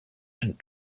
and